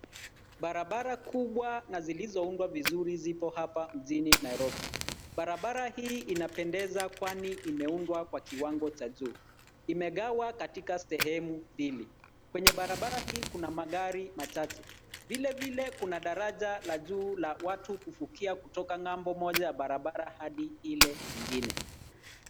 Barabara kubwa na zilizoundwa vizuri ziko hapa mjini Nairobi. Barabara hii inapendeza kwani imeundwa kwa kiwango cha juu. Imegawa katika sehemu mbili. Kwenye barabara hii kuna magari machache. Vilevile kuna daraja la juu la watu kuvukia kutoka ng'ambo moja ya barabara hadi ile nyingine.